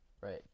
Right